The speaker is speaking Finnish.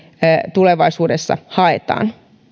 tulevaisuudessa haetaan